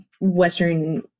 Western